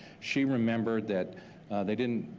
she remembered that they didn't.